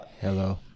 Hello